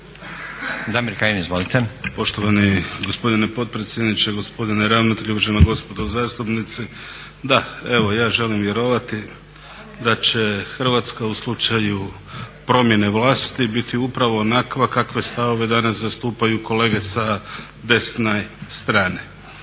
Damir (ID - DI)** Poštovani gospodine potpredsjedniče, gospodine ravnatelju, uvažena gospodo zastupnici. Da, evo ja želim vjerovati da će Hrvatska u slučaju promjene vlasti biti upravo onakva kakve stavove danas zastupaju kolege sa desne strane.